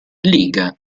liga